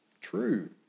true